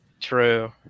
true